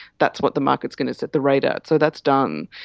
that's what the market is going to set the rate at. so that's done.